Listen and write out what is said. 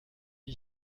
wie